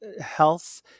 health